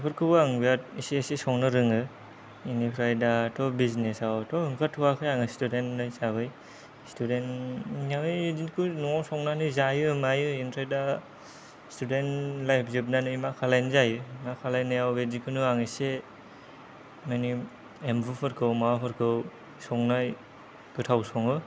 बेफोरखौ आं बिराद एसे एसे संनो रोङो बेनिफ्राय दाथ' बिजनेसावथ' ओंखारथ'वाखै आङो स्टुदेन्ट हिसाबै स्टुडेन्ट हिसाबै बिदिखौ न'आव संनानै जायो मायो ओमफ्राय दा स्टुडेन्ट लाइफ जोबनानै मा खालामनाय जायो मा खालायनायाव बिदिखौनो आं एसे माने एमबुफोरखौ माबाफोरखौ संनाय गोथाव सङो